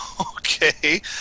Okay